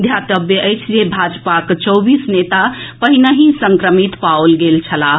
ध्यातव्य अछि जे भाजपाक चौबीस नेता पहिनहि संक्रमित पाओल गेल छलाह